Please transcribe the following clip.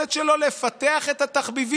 ביכולת שלו לפתח את התחביבים.